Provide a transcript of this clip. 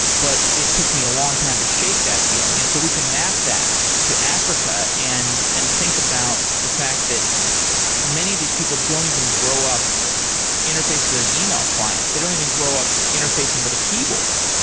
but it took me a long time to shake that feeling and so we can map that to africa and and think about the fact that many of these people don't even grow up interface with an e-mail client. they don't even grow up interfacing with a keyboard,